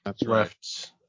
left